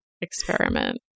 experiment